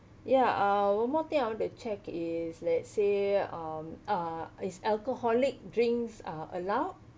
ya uh one more thing I want to check is let's say um uh is alcoholic drinks are allowed